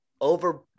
over